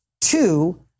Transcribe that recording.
Two